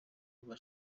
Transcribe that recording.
rwa